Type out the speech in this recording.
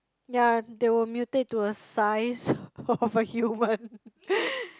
ya they will mutate to the size of a human